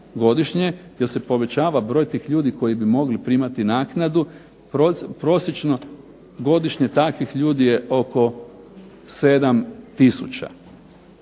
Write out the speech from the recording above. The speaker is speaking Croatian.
godišnje, jer se povećava broj tih ljudi koji bi mogli primati naknadu. Prosječno godišnje takvih ljudi je oko 7